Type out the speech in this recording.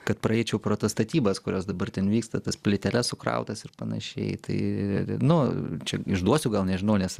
kad praeičiau pro tas statybas kurios dabar ten vyksta tas plyteles sukrautas ir panašiai tai nu čia išduosiu gal nežinau nes